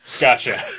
Gotcha